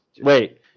Wait